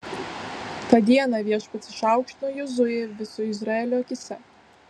tą dieną viešpats išaukštino jozuę viso izraelio akyse